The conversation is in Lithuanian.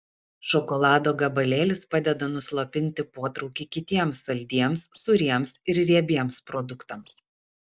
šokolado gabalėlis padeda nuslopinti potraukį kitiems saldiems sūriems ir riebiems produktams